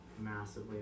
massively